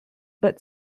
but